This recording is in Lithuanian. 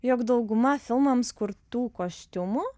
jog dauguma filmams kurtų kostiumų